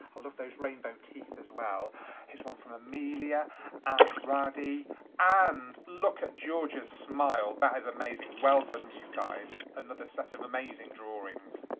i love those rainbow teeth as well here's one from amelia and roddy and look at george's smile that is amazing well done you guys another set of amazing drawings